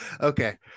okay